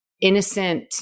innocent